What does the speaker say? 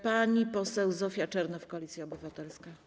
Pani poseł Zofia Czernow, Koalicja Obywatelska.